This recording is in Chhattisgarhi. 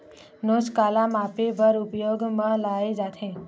नोच काला मापे बर उपयोग म लाये जाथे?